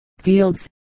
fields